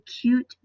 cute